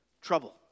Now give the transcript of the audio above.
trouble